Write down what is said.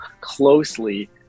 closely